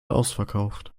ausverkauft